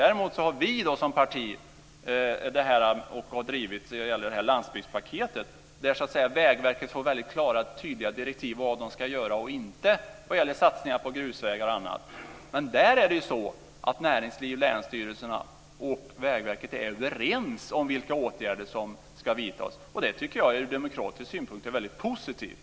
Däremot har vi som parti drivit landsbygdspaketet, där Vägverket får väldigt klara och tydliga direktiv om vad de ska göra eller inte göra vad gäller satsningar på grusvägar och annat. Där är näringslivet, länsstyrelserna och Vägverket överens om vilka åtgärder som ska vidtas, och det tycker jag från demokratisk synpunkt är väldigt positivt.